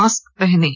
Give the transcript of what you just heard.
mask पहनें